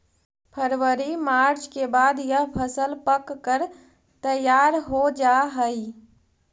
फरवरी मार्च के बाद यह फसल पक कर तैयार हो जा हई